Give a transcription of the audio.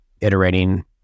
iterating